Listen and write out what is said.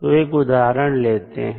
तो एक उदाहरण लेते हैं